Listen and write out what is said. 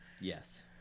Yes